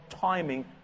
timing